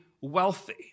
wealthy